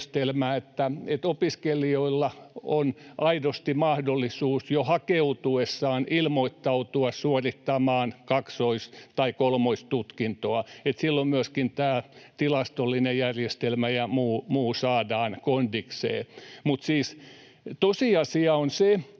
että opiskelijoilla on aidosti mahdollisuus jo hakeutuessaan ilmoittautua suorittamaan kaksois- tai kolmoistutkintoa, että silloin myöskin tämä tilastollinen järjestelmä ja muu saadaan kondikseen, mutta siis